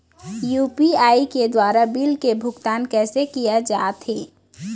UPI के द्वारा bill के भुगतान कैसे किया जाथे?